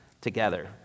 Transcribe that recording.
together